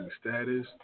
status